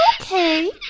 Okay